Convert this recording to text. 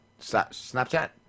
Snapchat